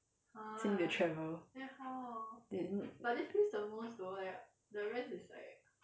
still need to travel then